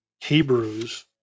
Hebrews